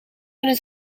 kunnen